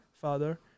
father